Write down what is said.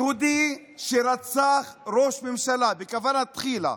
יהודי שרצח ראש ממשלה בכוונה תחילה,